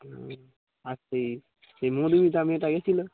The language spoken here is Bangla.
আরচ্ সেই সেই মদমি জামিটা গেছিলো